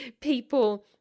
people